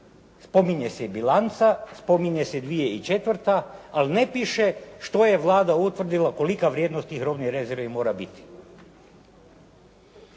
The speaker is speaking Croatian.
spominje se i bilanca, spominje se 2004., ali ne piše što je Vlada utvrdila, koliko vrijednost tih robnih rezervi mora biti?